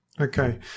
Okay